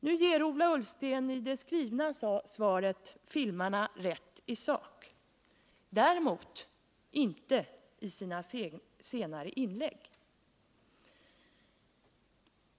Nu ger Ola Ullsten i det skrivna svaret filmarna rätt i sak — däremot inte i sina senare inlägg.